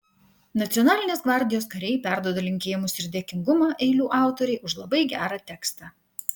nacionalinės gvardijos kariai perduoda linkėjimus ir dėkingumą eilių autorei už labai gerą tekstą